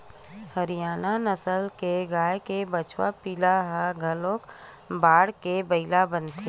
हरियाना नसल के गाय के बछवा पिला ह घलोक बाड़के बइला बनथे